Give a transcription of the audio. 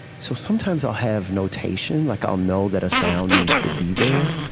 so sometimes, i'll have notation like i'll know that a sound needs to be there,